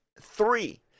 three